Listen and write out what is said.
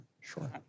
Sure